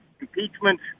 impeachment